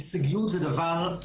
הישגיות זה דבר הכרחי.